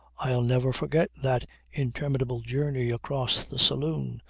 i'll never forget that interminable journey across the saloon,